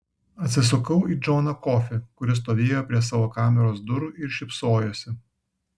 atsisukau į džoną kofį kuris stovėjo prie savo kameros durų ir šypsojosi